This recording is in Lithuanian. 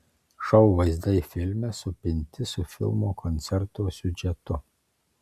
šou vaizdai filme supinti su filmo koncerto siužetu